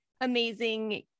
amazing